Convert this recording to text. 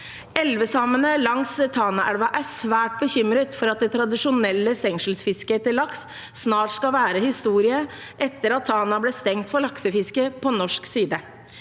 Elvesamene langs Tanaelva er svært bekymret for at det tradisjonelle stengselsfisket etter laks snart skal være historie, etter at Tana ble stengt for laksefiske på norsk side.